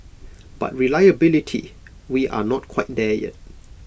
but reliability we are not quite there yet